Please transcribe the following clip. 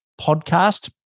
podcast